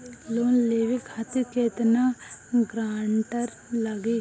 Loan लेवे खातिर केतना ग्रानटर लागी?